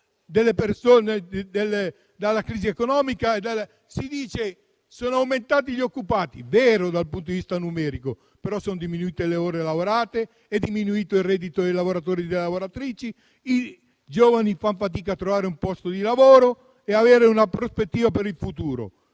alla crisi economica delle persone? Si dice che sono aumentati gli occupati: vero dal punto di vista numerico, però sono diminuite le ore lavorate, è diminuito il reddito dei lavoratori e delle lavoratrici, i giovani fanno fatica a trovare un posto di lavoro e ad avere una prospettiva per il futuro.